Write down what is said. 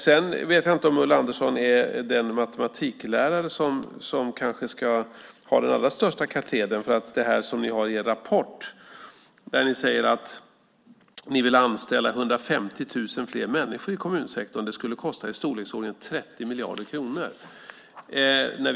Jag vet inte om Ulla Andersson är den matematiklärare som kanske ska ha den allra största katedern med tanke på det som ni skriver i er rapport. Ni säger att ni vill anställa 150 000 fler människor i kommunsektorn och att det skulle kosta i storleksordningen 30 miljarder kronor.